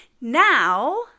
Now